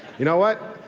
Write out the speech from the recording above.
you know what?